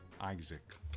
Isaac